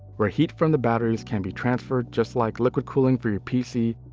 where heat from the batteries can be transferred, just like liquid cooling for your pc,